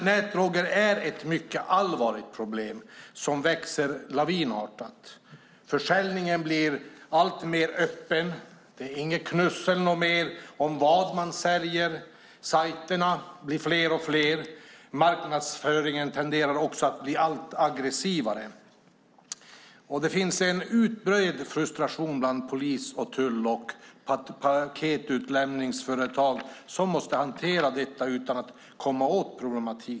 Nätdroger är ett mycket allvarligt problem som växer lavinartat. Försäljningen blir alltmer öppen. Det är inget knussel om vad man säljer. Sajterna blir fler och fler. Marknadsföringen tenderar också att bli allt aggressivare. Det finns en utbredd frustration bland polis, tull och paketutlämningsföretag som måste hantera detta utan att komma åt problemet.